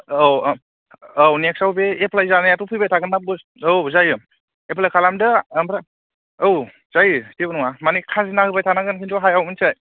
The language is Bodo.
औ औ नेक्सआव बे एफ्लाय जानायाथ' फैबाय थागोनना औ जायो एफ्लाय खालामदो ओमफ्राय औ जायो जेबो नङा माने खाजोना होबाय थानांगोन खिन्थु हायाव मिन्थिबाय